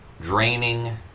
draining